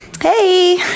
hey